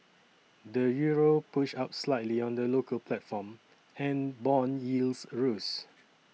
the Euro pushed up slightly on the local platform and bond yields rose